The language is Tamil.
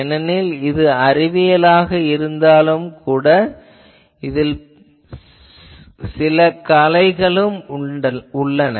ஏனெனில் இது அறிவியலாக இருந்தாலும் இதில் பல கலையும் உள்ளது